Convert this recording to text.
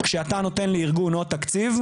כשנותנים לארגון עוד תקציב,